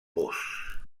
vós